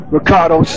Ricardo